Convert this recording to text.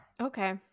okay